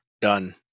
done